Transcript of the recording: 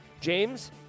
James